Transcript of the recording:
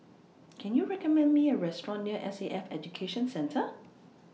Can YOU recommend Me A Restaurant near S A F Education Centre